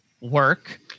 work